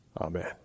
Amen